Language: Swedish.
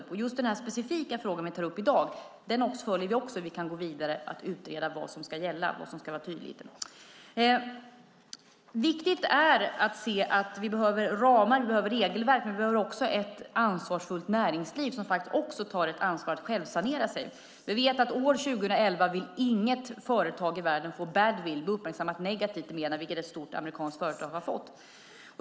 När det gäller den specifika fråga som vi tar upp i dag följer vi även den för att se hur vi kan gå vidare och utreda vad som ska gälla. Det är viktigt att inse att vi behöver ramar och regelverk, men vi behöver också ett ansvarsfullt näringsliv som kan sanera sig självt. År 2011 vill inget företag i världen få badwill, bli uppmärksammad på ett negativt sätt i medierna, vilket hänt ett stort amerikanskt företag.